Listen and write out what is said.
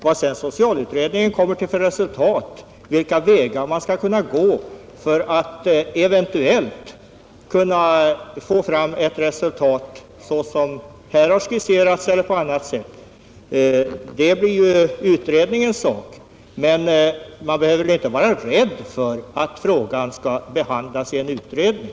Vilka vägar utredningen sedan kommer att gå för att eventuellt få fram ett resultat — så som här har skisserats eller på annat sätt — blir ju utredningens sak. Men man behöver väl inte vara rädd för att frågan behandlas i en utredning?